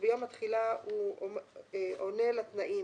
שביום התחילה הוא עונה לתנאים,